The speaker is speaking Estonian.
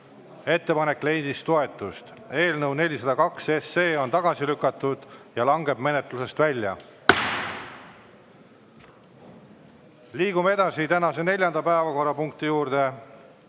Ettepanek leidis toetust. Eelnõu 402 on tagasi lükatud ja langeb menetlusest välja. Liigume edasi tänase neljanda päevakorrapunkti juurde.